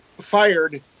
fired